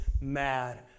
mad